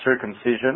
circumcision